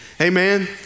Amen